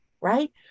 right